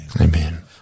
Amen